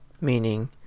meaning